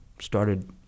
started